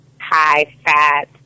high-fat